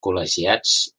col·legiats